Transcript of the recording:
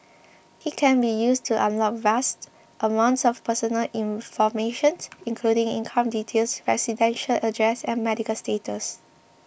it can be used to unlock vast amounts of personal information including income details residential address and medical status